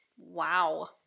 Wow